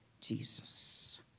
Jesus